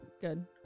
Good